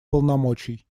полномочий